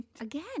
Again